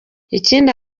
ikindi